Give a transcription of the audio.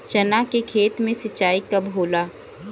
चना के खेत मे सिंचाई कब होला?